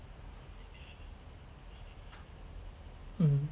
mm